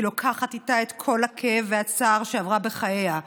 היא לוקחת איתה את כל הכאב והצער שעברה בחייה,